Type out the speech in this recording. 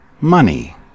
money